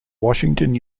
washington